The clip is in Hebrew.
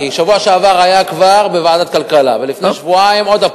בשבוע שעבר היה כבר בוועדת הכלכלה ולפני שבועיים גם.